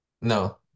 No